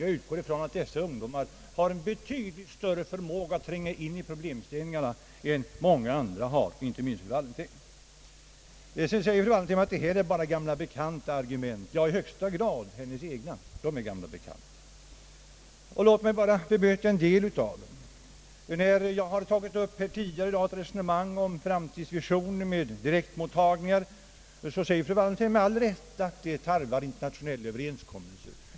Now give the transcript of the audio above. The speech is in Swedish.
Jag utgår ifrån att dessa ungdomar har en betydligt större förmåga att tränga in i frågeställningarna än många andra har, inte minst fru Wallentheim. Fru Wallentheim säger att detta bara är gamla kända argument. Ja, i högsta grad! Hennes egna argument är gamla bekanta. Låt mig bara bemöta en del av dem. När jag här tidigare i dag har tagit upp ett resonemang om framtidsvisioner med direktmottagning, så säger fru Wallentheim med all rätt att det tarvar internationella överenskommelser.